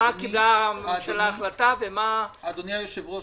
אדוני היושב-ראש,